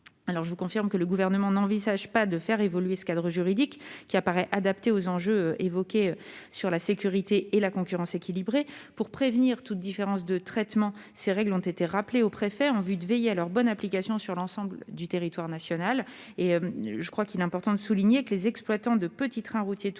vous le confirme, le Gouvernement n'envisage pas de faire évoluer le cadre juridique, qui apparaît adapté aux enjeux, évoqués à l'instant, de sécurité et de concurrence équilibrée. Pour prévenir toute différence de traitement, ces règles ont été rappelées aux préfets en vue de veiller à leur bonne application sur l'ensemble du territoire national. Il me paraît important de le souligner, les exploitants de petits trains routiers touristiques